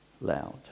loud